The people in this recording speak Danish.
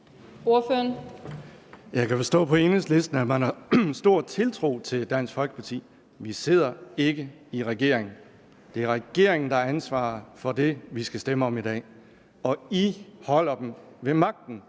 Jeg kan forstå på Enhedslisten, at man har stor tiltro til Dansk Folkeparti. Vi sidder ikke i regering. Det er regeringen, der har ansvaret for det, vi skal stemme om i dag, og Enhedslisten holder den ved magten,